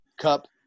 Cup